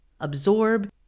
absorb